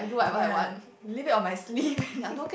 ya live it on my sleep man